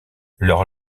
leur